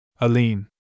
Aline